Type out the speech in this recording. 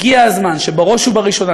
הגיע הזמן שבראש ובראשונה,